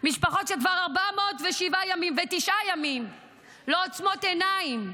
משפחות שכבר 409 ימים לא עוצמות עיניים,